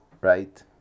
right